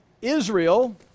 Israel